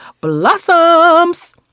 blossoms